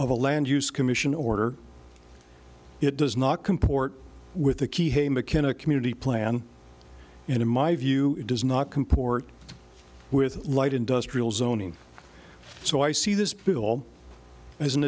of a land use commission order it does not comport with the key hey mckenna community plan in my view does not comport with light industrial zoning so i see this bill as an